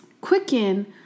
quicken